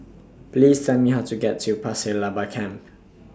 Please Tell Me How to get to Pasir Laba Camp